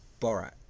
Borat